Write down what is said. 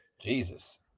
Jesus